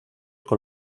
con